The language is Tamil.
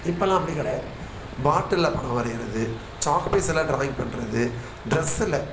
இப்பெல்லாம் அப்படி கிடையாது பாட்டிலில் படம் வரைகிறது சாக்பீஸ்ஸில் ட்ராயிங் பண்ணுறது ட்ரெஸ்ஸில்